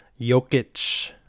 Jokic